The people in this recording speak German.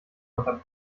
unterm